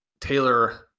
Taylor